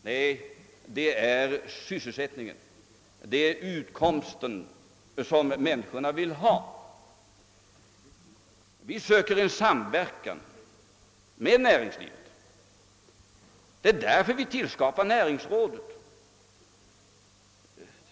Nej, det är sysselsättningen och utkomsten som människorna vill ha. Vi eftersträvar en samverkan med näringslivet och det är därför vi tillskapar näringsrådet.